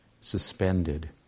suspended